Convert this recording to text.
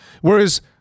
Whereas